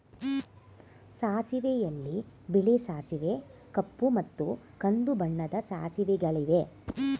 ಸಾಸಿವೆಯಲ್ಲಿ ಬಿಳಿ ಸಾಸಿವೆ ಕಪ್ಪು ಮತ್ತು ಕಂದು ಬಣ್ಣದ ಸಾಸಿವೆಗಳಿವೆ